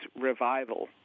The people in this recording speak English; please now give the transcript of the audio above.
revival